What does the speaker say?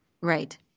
Right